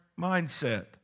mindset